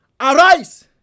Arise